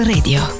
Radio